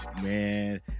man